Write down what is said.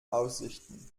aussichten